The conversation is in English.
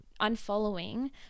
unfollowing